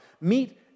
meet